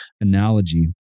analogy